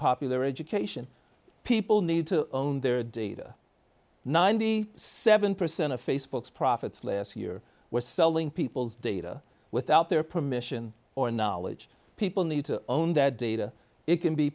unpopular education people need to own their data ninety seven percent of facebook's profits last year were selling people's data without their permission or knowledge people need to own that data it can be